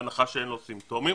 בהנחה שאין לו סימפטומים,